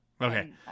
Okay